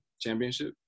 championship